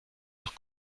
los